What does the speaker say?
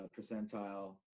percentile